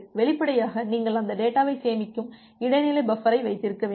வெளிப்படையாக நீங்கள் அந்த டேட்டாவைச் சேமிக்கும் இடைநிலை பஃபரை வைத்திருக்க வேண்டும்